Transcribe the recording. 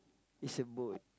is a boat